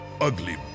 ugly